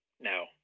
no